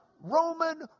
Roman